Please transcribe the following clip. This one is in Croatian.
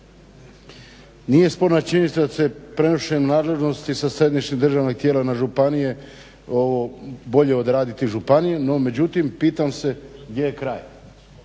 nije sporna činjenica da se prenošenjem nadležnosti sa središnjih državnih tijela na županija bolje odraditi županije, no međutim pitam se gdje je kraj.